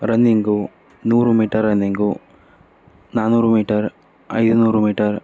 running ನೂರು metre running ನಾಲ್ನೂರು metre ಐದ್ನೂರು ಮೀಟರ್